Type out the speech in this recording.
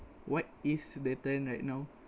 what is the trend right now